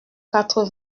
quatre